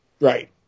Right